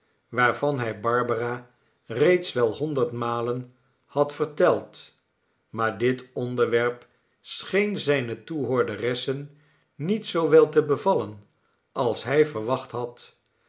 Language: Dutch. waarvan hij barbara reeds wel honderd maien had verteld maar dit onderwerp scheen zijne toehoorderessen niet zoo wel te bevallen als hij verwacht had